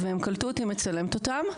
והם קלטו אותי מצלמת אותם.